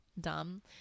Dumb